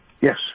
Yes